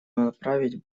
направить